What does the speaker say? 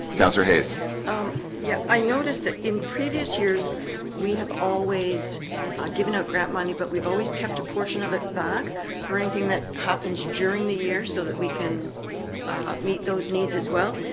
announcer haze um yeah, i noticed that in previous years we have always given out grant money, but we've always kept a portion of it back for anything that happens during the year so that we can meet those needs as well.